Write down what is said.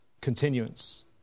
continuance